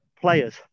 Players